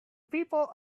people